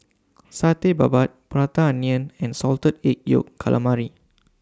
Satay Babat Prata Onion and Salted Egg Yolk Calamari